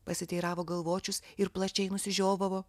pasiteiravo galvočius ir plačiai nusižiovavo